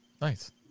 Nice